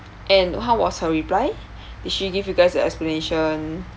and how was her reply did she give you guys a explanation